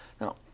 Now